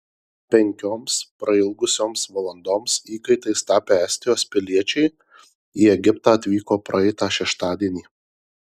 penkioms prailgusioms valandoms įkaitais tapę estijos piliečiai į egiptą atvyko praeitą šeštadienį